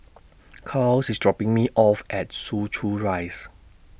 Charls IS dropping Me off At Soo Chow Rise